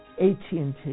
AT&T